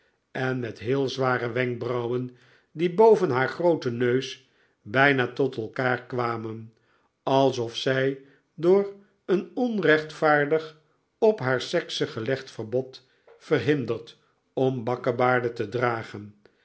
en met heel zware wenkbrauwen die boven haar grooten neus bijna tot elkaar kwamen alsof zij door een onrechtvaardig op haar sekse gelegd verbod verhinderd om bakkebaarden te dragen